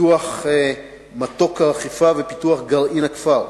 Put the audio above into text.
פיתוח מתוק הרחיפה ופיתוח גרעין הכפר,